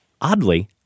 Oddly